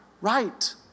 right